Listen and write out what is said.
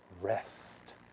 rest